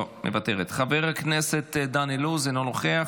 לא, מוותרת, חבר הכנסת דן אילוז, אינו נוכח,